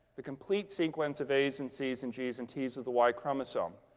the complete sequence of a's, and c's, and g's, and t's of the y chromosome.